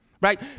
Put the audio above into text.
right